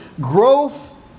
growth